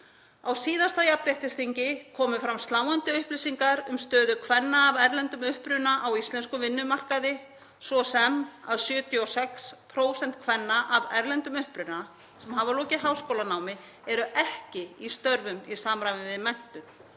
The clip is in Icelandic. Á síðasta jafnréttisþingi komu fram sláandi upplýsingar um stöðu kvenna af erlendum uppruna á íslenskum vinnumarkaði svo sem að 76% kvenna af erlendum uppruna sem hafa lokið háskólanámi eru ekki í störfum í samræmi við menntun